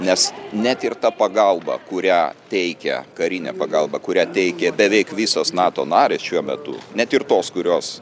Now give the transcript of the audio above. nes net ir ta pagalba kurią teikia karinė pagalba kurią teikia beveik visos nato narės šiuo metu net ir tos kurios